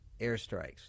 airstrikes